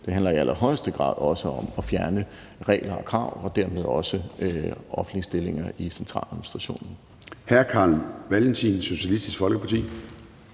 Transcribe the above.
sektor, i allerhøjeste grad også handler om at fjerne regler og krav og dermed også offentlige stillinger i centraladministrationen.